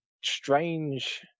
strange